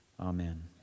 Amen